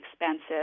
expensive